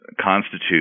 constitute